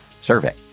survey